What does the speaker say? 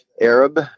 arab